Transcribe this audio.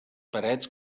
parets